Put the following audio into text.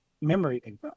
memory